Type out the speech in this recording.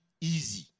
easy